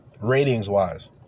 ratings-wise